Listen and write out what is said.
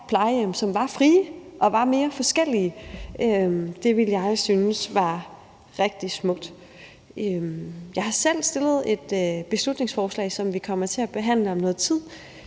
som var frie og mere forskellige, ville jeg synes var rigtig smukt. Jeg har selv fremsat et beslutningsforslag, som vi kommer til at behandle om noget tid,